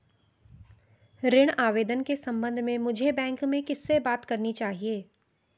ऋण आवेदन के संबंध में मुझे बैंक में किससे बात करनी चाहिए?